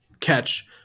catch